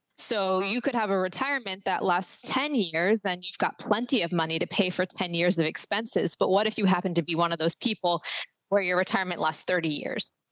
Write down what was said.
so you could have a retirement that lasts ten years and you've got plenty of money to pay for ten years of expenses. but what if you happen to be one of those people where your retirement less thirty years.